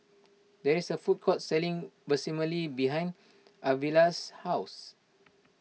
there is a food court selling Vermicelli behind Arvilla's house